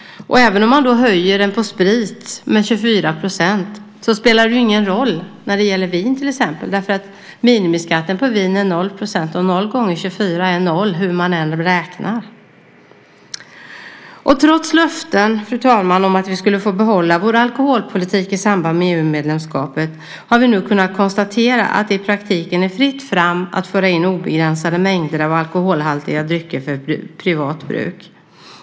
Och även om man höjer den på sprit med 24 % så spelar det ingen roll när det gäller till exempel vin därför att minimiskatten på vin är 0 %, och 0 × 24 = 0 hur man än räknar. Trots löften om att vi skulle få behålla vår alkoholpolitik i samband med EU-medlemskapet har vi nu kunnat konstatera att det i praktiken är fritt fram att föra in obegränsade mängder av alkoholhaltiga drycker för privat bruk.